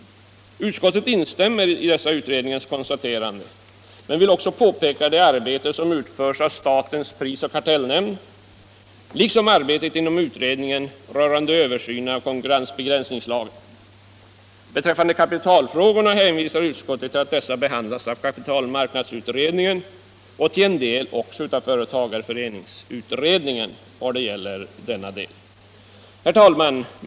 Utskottet instämmer i detta utredningens konstaterande men vill också peka på det arbete som utförs av statens prisoch kartellnämnd liksom arbetet inom utredningen rörande översyn av konkurrensbegränsningslagen. Beträffande kapitalfrågorna hänvisar utskottet till att dessa behandlas av kapitalmarknadsutredningen och till en del också av företagareföreningsutredningen vad det gäller denna del. Herr talman!